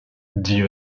dit